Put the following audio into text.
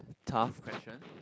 tough question